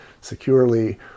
securely